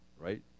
Right